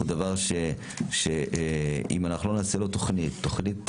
הוא דבר שאם אנחנו לא נעשה לו תוכנית לאומית